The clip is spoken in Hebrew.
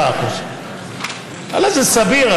7%; אולי זה סביר,